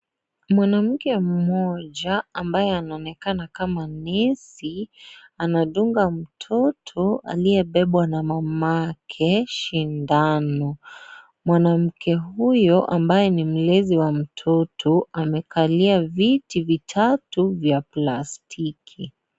Mwanamke mmoja anaye onekana kama nesi, anadunga mtoto aliyebebwa na mamake shindano. mwanamke ambaye ni mlezi wa mtoto huyo amekalia viti tatu vya plastiki.